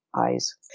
eyes